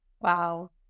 wow